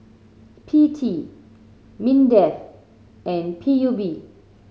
P T MINDEF and P U B